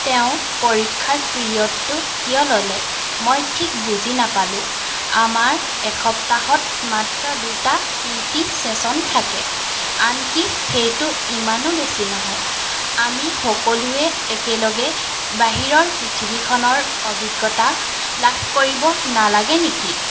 তেওঁ পৰীক্ষাৰ পিৰিয়ডটো কিয় ল'লে মই ঠিক বুজি নাপালো আমাৰ এসপ্তাহত মাত্ৰ দুটা পি টি ছেশ্যন থাকে আনকি সেইটো ইমানো বেছি নহয় আমি সকলোৱে একেলগে বাহিৰৰ পৃথিৱীখনৰ অভিজ্ঞতা লাভ কৰিব নালাগে নেকি